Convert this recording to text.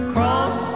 Cross